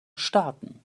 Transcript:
starten